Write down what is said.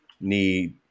need